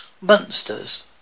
monsters